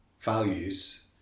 values